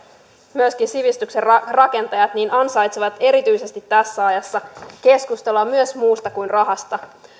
myöskin sivistyksen rakentajat ansaitsevat erityisesti tässä ajassa keskustelua myös muusta kuin rahasta